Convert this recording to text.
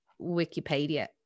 Wikipedia